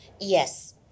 Yes